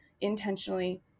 intentionally